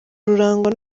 rurangwa